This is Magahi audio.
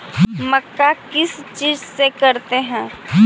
मक्का किस चीज से करते हैं?